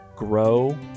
Grow